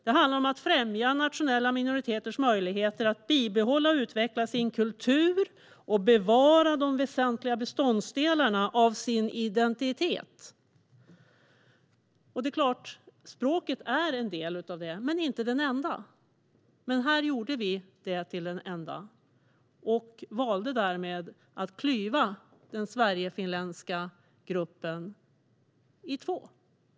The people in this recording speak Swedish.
Det handlar om att främja nationella minoriteters möjligheter att bibehålla och utveckla sin kultur och bevara de väsentliga beståndsdelarna i sin identitet. Språket är en del av detta men inte den enda, fast vi gjorde det till den enda. Vi valde att klyva den sverigefinländska gruppen i två.